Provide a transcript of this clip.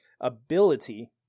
ability